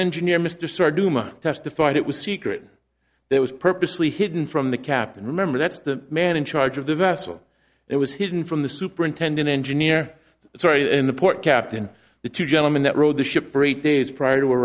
engineer mr starr duma testified it was secret there was purposely hidden from the captain remember that's the man in charge of the vessel it was hidden from the superintendent engineer sorry in the port captain the two gentlemen that rode the ship for eight days prior to a